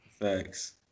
Thanks